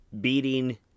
beating